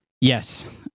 yes